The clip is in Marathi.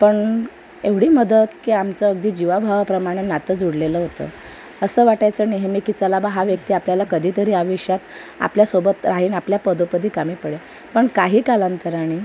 पण एवढी मदत की आमचं अगदी जीवाभावाप्रमाणे नातं जोडलेलं होतं असं वाटायचं नेहमी की चला बा हा व्यक्ती आपल्याला कधीतरी आयुष्यात आपल्यासोबत राहीन आपल्या पदोपदी कामी पडेल पण काही कालांतराने